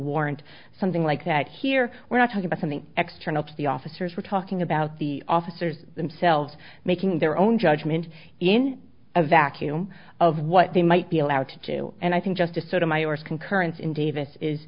warrant something like that here we're not talking about something extra notes the officers were talking about the officers themselves making their own judgment in a vacuum of what they might be allowed to do and i think justice sotomayor concurrence in davis is